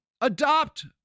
adopt